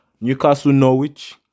Newcastle-Norwich